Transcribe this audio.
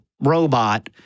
robot—